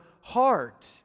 heart